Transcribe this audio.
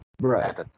Right